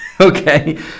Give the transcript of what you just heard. okay